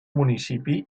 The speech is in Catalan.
municipi